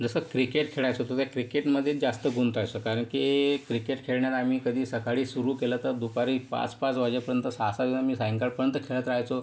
जसं क्रिकेट खेळायचो तर त्या क्रिकेटमध्येच जास्त गुंतायचो कारण की क्रिकेट खेळण्याला आम्ही कधी सकाळी सुरू केलं तर दुपारी पाचपाच वाजेपर्यंत सहासहा जणं आम्ही सायंकाळपर्यंत खेळत राहायचो